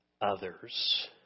others